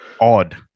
odd